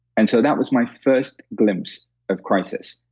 and so, that was my first glimpse of crisis.